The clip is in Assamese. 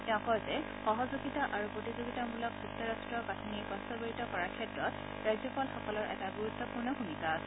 তেওঁ কয় যে সহযোগিতা আৰু প্ৰতিযোগিতামূলক যুক্তৰাট্ট গাঁথনি বাস্তৱায়িত কৰাৰ ক্ষেত্ৰত ৰাজ্যপালসকলৰ এটা গুৰুত্বপূৰ্ণ ভূমিকা আছে